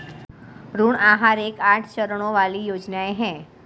ऋण आहार एक आठ चरणों वाली योजना है